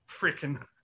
freaking